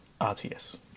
RTS